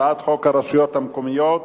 הצעת חוק הרשויות המקומיות